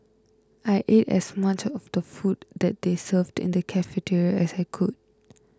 I ate as much of the food that they served in the cafeteria as I could